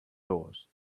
doors